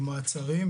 עם מעצרים,